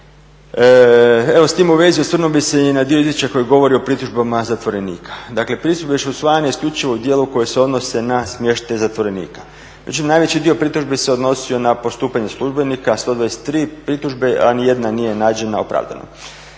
Evo s tim u vezi osvrnuo bih se i na dio izvješća koji govori o pritužbama zatvorenika. Dakle, pritužbe su usvajane isključivo u dijelu koji se odnosi na smještaj zatvorenika. Znači najveći dio pritužbi se odnosio na postupanje službenika, 123 pritužbe, a nijedna nije nađena opravdanom.